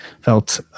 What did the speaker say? felt